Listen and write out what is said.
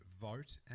vote